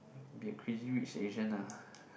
be a crazy rich asian ah